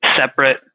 separate